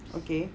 okay